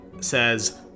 says